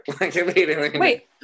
Wait